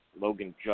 Logan